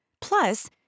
Plus